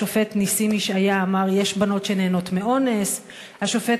השופט נסים ישעיה אמר: "יש בנות שנהנות מאונס"; השופט